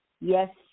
Yes